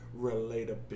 relatability